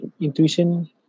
intuition